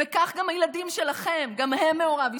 וכך גם הילדים שלכם, גם הם מעורב ישראלי.